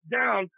down